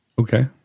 okay